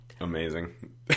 amazing